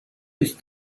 with